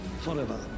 forever